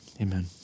Amen